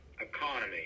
economy